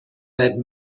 that